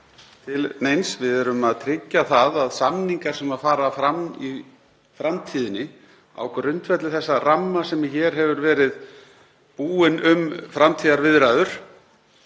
til neins. Við erum að tryggja það að samningar sem fara fram í framtíðinni á grundvelli þessa ramma sem hér hefur verið búinn um framtíðarviðræður